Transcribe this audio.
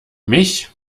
mich